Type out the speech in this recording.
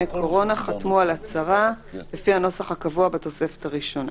קורונה חתמו על הצהרה לפי הנוסח הקבוע בתוספת הראשונה.